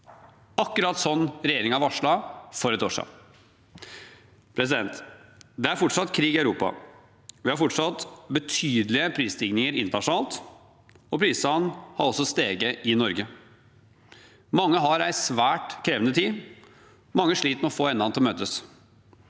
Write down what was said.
akkurat sånn regjeringen varslet for et år siden. Det er fortsatt krig i Europa. Vi har fortsatt betydelige prisstigninger internasjonalt, og prisene har også steget i Norge. Mange har en svært krevende tid. Mange sliter med å få endene til møtes.